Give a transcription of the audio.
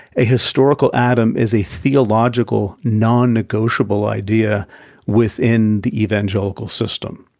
a historical adam is a theological non-negotiable idea within the evangelical system.